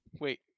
Wait